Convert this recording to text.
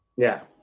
yeah,